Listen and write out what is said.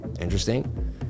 interesting